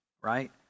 right